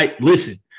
Listen